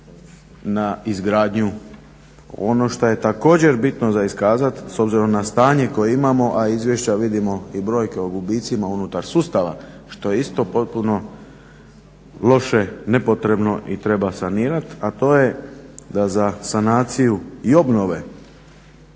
na izgradnju. Ono što je također bitno za iskazati s obzirom na stanje koje imamo a izvješća vidimo i brojke o gubicima unutar sustava što je isto potpuno loše, nepotrebno i treba sanirat a to je da za sanaciju i obnove